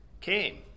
came